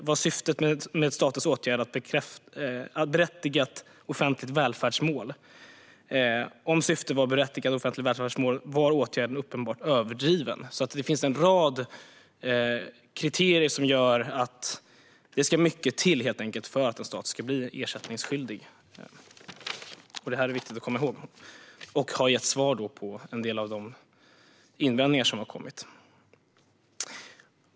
Var syftet med statens åtgärd ett berättigat offentligt välfärdsmål? Om syftet var ett berättigat offentligt välfärdsmål, var åtgärden uppenbart överdriven? Det finns alltså en rad kriterier som gör att det ska mycket till för att en stat ska bli ersättningsskyldig. Detta är viktigt att komma ihåg, och det har gett svar på en del av de invändningar som har kommit.